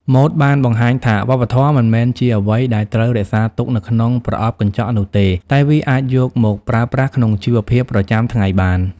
ម៉ូដបានបង្ហាញថាវប្បធម៌មិនមែនជាអ្វីដែលត្រូវរក្សាទុកនៅក្នុងប្រអប់កញ្ចក់នោះទេ តែវាអាចយកមកប្រើប្រាស់ក្នុងជីវភាពប្រចាំថ្ងៃបាន។